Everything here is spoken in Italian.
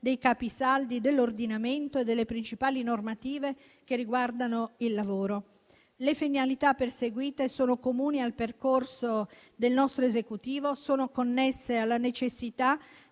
dei capisaldi dell'ordinamento e delle principali normative che riguardano il lavoro. Le finalità perseguite sono comuni al percorso del nostro Esecutivo e sono connesse alla necessità